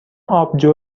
آبجو